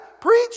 Preach